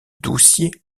doucier